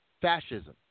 Fascism